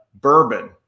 bourbon